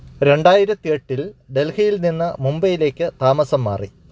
രണ്ടായിരത്തിയെട്ടിൽ ഡൽഹിയിൽ നിന്ന് മുംബൈയിലേക്ക് താമസം മാറി